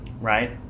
Right